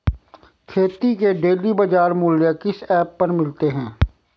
खेती के डेली बाज़ार मूल्य किस ऐप पर मिलते हैं?